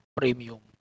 premium